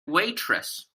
waitress